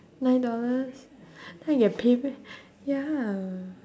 nine dollars then I get paid meh ya